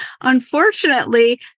Unfortunately